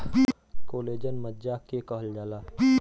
collagen मज्जा के कहल जाला